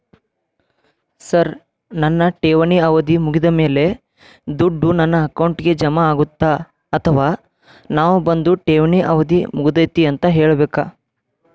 Sir ನನ್ನ ಠೇವಣಿ ಅವಧಿ ಮುಗಿದಮೇಲೆ, ದುಡ್ಡು ನನ್ನ ಅಕೌಂಟ್ಗೆ ಜಮಾ ಆಗುತ್ತ ಅಥವಾ ನಾವ್ ಬಂದು ಠೇವಣಿ ಅವಧಿ ಮುಗದೈತಿ ಅಂತ ಹೇಳಬೇಕ?